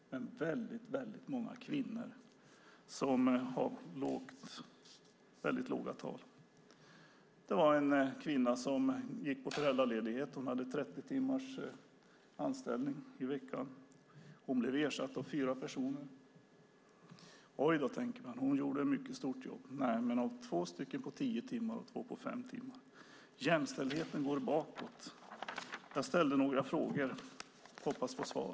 Men väldigt många kvinnor har väldigt låga tal. Det var en kvinna som gick på föräldraledighet. Hon hade en anställning på 30 timmar i veckan. Hon blev ersatt av fyra personer. Oj då, tänker man, hon gjorde ett mycket stort jobb. Nej, men hon ersattes av två personer på tio timmar och två på fem timmar. Jämställdheten går bakåt. Jag ställde några frågor. Jag hoppas få svar.